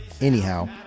Anyhow